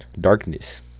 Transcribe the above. Darkness